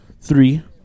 three